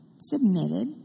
submitted